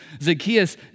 Zacchaeus